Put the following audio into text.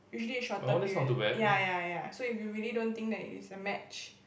usually a shorter period yeah yeah yeah so if you really don't think that it's a match